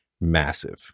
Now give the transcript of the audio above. massive